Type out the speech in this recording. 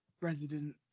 resident